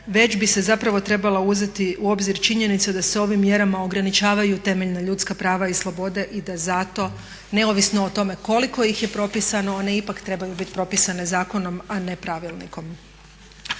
već bi se zapravo trebala uzeti u obzir činjenica da se ovim mjerama ograničavaju temeljna ljudska prava i slobode i da zato neovisno o tome koliko ih je propisano one ipak trebaju biti propisane zakonom, a ne pravilnikom.